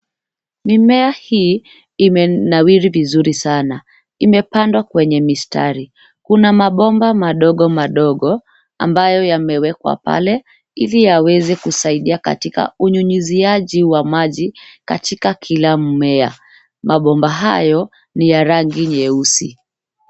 Mimea hii imenawiri vizuri sana. Imepandwa kwenye mistari. Kuna mabomba madogo madogo ambayo yamewekwa pale, iliyaweze kusaidia katika unyunyizaji wa maji katika kila mmea. Mabomba hayo ni ya rangi nyeusi.